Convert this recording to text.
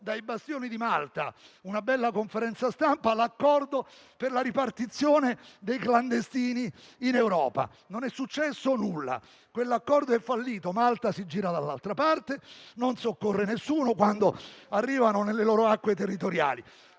dai bastioni di Malta, durante una bella conferenza stampa annunciò l'accordo per la ripartizione dei clandestini in Europa. Non è successo nulla. Quell'accordo è fallito: Malta si gira dall'altra parte e non soccorre nessuno, quando qualcuno arriva nelle sue acque territoriali.